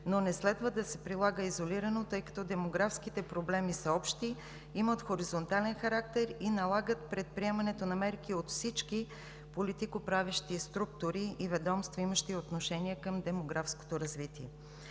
но не следва да се прилага изолирано, тъй като демографските проблеми са общи, имат хоризонтален характер и налагат предприемане на мерки от всички политикоправещи структури и ведомства, имащи отношение към демографското развитие.